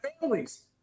families